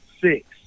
six